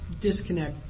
disconnect